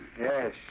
Yes